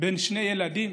בין שני ילדים,